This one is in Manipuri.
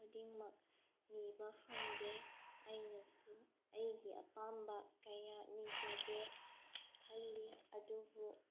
ꯈꯨꯗꯤꯡꯃꯛ ꯅꯤꯕ ꯐꯪꯗꯦ ꯑꯩꯅꯁꯨ ꯑꯩꯒꯤ ꯑꯄꯥꯝꯕ ꯀꯌꯥ ꯅꯤꯖꯒꯦ ꯈꯜꯂꯤ ꯑꯗꯨꯕꯨ